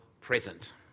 present